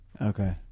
Okay